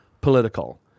political